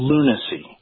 Lunacy